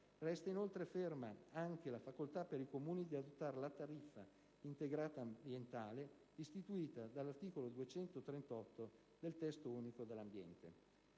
Resta inoltre ferma anche la facoltà per i Comuni di adottare la tariffa integrata ambientale istituita dall'articolo 238 del Testo unico dell'ambiente.